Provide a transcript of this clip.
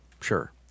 sure